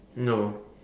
no